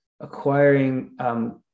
acquiring